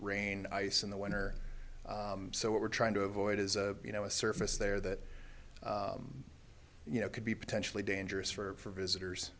rain ice in the winter so what we're trying to avoid is you know a surface there that you know could be potentially dangerous for visitors